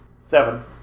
Seven